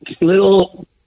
little